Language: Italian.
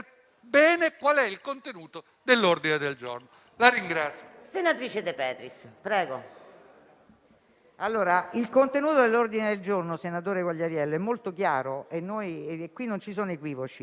il contenuto dell'ordine del giorno è molto chiaro e non ci sono equivoci.